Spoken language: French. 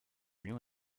lion